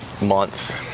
month